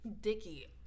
Dicky